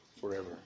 forever